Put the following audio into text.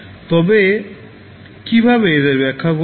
তবে কীভাবে এদের ব্যখ্যা করবেন